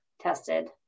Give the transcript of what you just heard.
tested